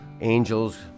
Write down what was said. angels